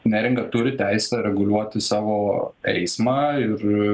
neringa turi teisę reguliuoti savo eismą ir